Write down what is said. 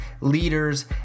leaders